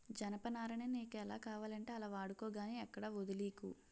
జనపనారని నీకు ఎలా కావాలంటే అలా వాడుకో గానీ ఎక్కడా వొదిలీకు